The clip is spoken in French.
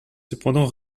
cependant